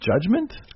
judgment